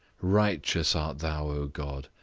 righteous art thou, o god,